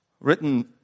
written